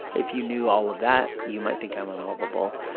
if you knew all of that, you might think i'm unlovable.